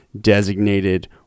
designated